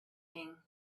thing